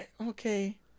okay